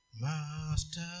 Master